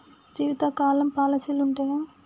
జీవితకాలం పాలసీలు ఉంటయా?